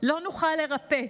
לא נוכל לרפא,